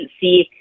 see